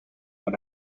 dans